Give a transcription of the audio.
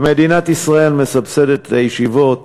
מדינת ישראל מסבסדת את הישיבות